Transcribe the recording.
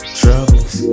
troubles